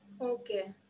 okay